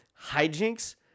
hijinks